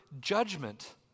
judgment